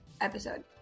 episode